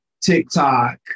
TikTok